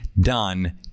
done